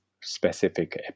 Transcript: specific